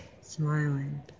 smiling